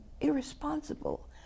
irresponsible